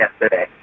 yesterday